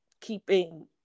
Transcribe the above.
keeping